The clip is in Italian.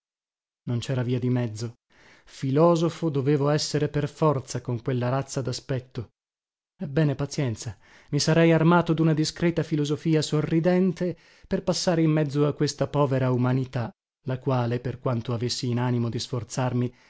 non cera via di mezzo filosofo dovevo essere per forza con quella razza daspetto ebbene pazienza mi sarei armato duna discreta filosofia sorridente per passare in mezzo a questa povera umanità la quale per quanto avessi in animo di sforzarmi